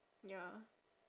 ya